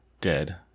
dead